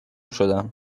شدم